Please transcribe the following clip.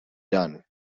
done